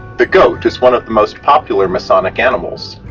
the goat is one of the most popular masonic animals,